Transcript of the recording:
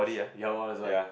ya lor that's why